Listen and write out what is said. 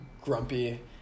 grumpy